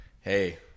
hey